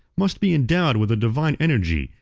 must be endowed with a divine energy,